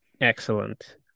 Excellent